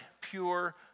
pure